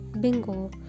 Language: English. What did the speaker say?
Bingo